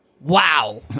Wow